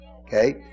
okay